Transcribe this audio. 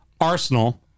Arsenal